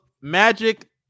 Magic